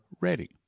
ready